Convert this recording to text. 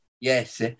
Yes